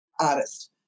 artist